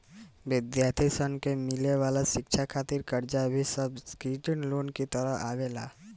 विद्यार्थी सन के मिले वाला शिक्षा खातिर कर्जा भी सब्सिडाइज्ड लोन के तहत आवेला